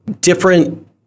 different